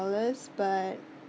dollars but